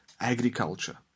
agriculture